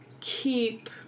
keep